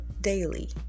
daily